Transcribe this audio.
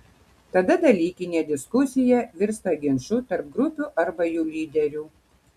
tada dalykinė diskusija virsta ginču tarp grupių arba jų lyderių